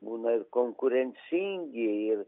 būna ir konkurencingi ir